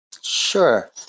Sure